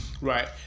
Right